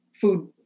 food